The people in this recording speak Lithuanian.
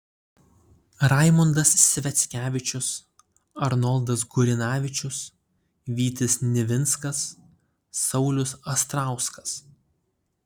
raimondas sviackevičius arnoldas gurinavičius vytis nivinskas saulius astrauskas